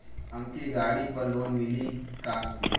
हमके गाड़ी पर लोन मिली का?